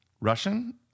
Russian